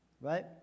right